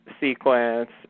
sequence